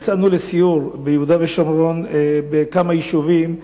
יצאנו לסיור ביהודה ושומרון, בכמה יישובים.